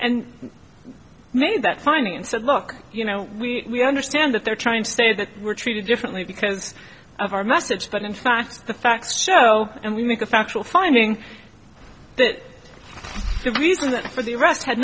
and made that finding and said look you know we understand that they're trying to say that we're treated differently because of our message but in fact the facts show and we make a factual finding that the reason for the arrest had